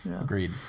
agreed